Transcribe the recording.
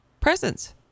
presents